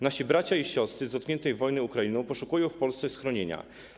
Nasi bracia i siostry z dotkniętej wojną Ukrainy poszukują w Polsce schronienia.